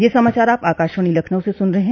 ब्रे क यह समाचार आप आकाशवाणी लखनऊ से सुन रहे हैं